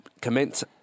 commence